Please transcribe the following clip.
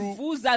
vous